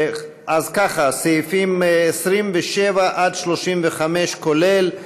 אז ככה: סעיפים 27 עד 35 כולל,